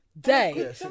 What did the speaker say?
day